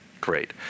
great